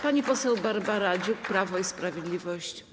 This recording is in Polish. Pani poseł Barbara Dziuk, Prawo i Sprawiedliwość.